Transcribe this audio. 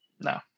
No